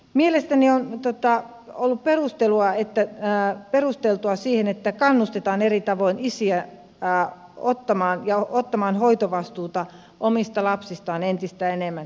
mielestäni on ollut perusteltua se että kannustetaan eri tavoin isiä ottamaan hoitovastuuta omista lapsistaan entistä enemmän